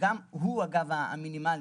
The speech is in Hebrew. שגם הוא אגב המינימלי.